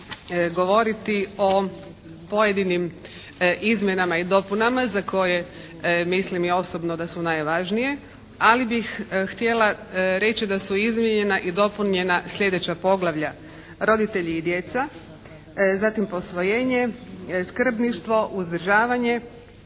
govoriti o pojedinim izmjenama i dopunama za koje mislim i osobno da su najvažnije ali bih htjela reći da su izmijenjena i dopunjena slijedeća poglavlja: Roditelji i djeca, zatim Posvojenje, Skrbništvo, Uzdržavanje,